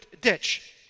ditch